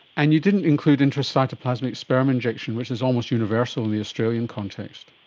and you didn't include intracytoplasmic sperm injection, which is almost universal in the australian context.